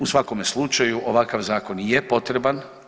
U svakome slučaju ovakav zakon i je potreban.